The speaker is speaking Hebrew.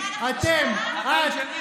עידית, אתם, מה, אנחנו משטרה?